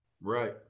right